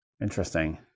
Interesting